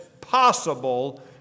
possible